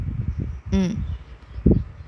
mm